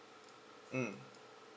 mm